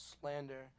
slander